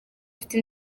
afite